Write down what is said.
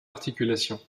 articulation